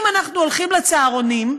אם אנחנו הולכים לצהרונים,